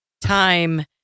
time